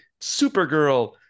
Supergirl